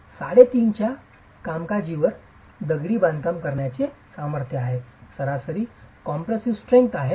5 च्या कामकाजीवर दगडी बांधकाम करण्याचे सामर्थ्य आहे सरासरी कॉम्प्रेसीव स्ट्रेंग्थ आहे 3